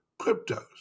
cryptos